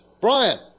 Brian